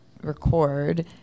record